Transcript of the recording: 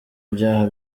byaha